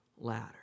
ladder